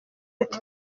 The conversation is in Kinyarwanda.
ati